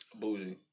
Bougie